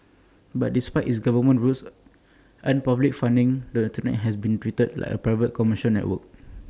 but despite its government roots and public funding the Internet has been treated like A private commercial network